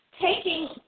taking